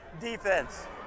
defense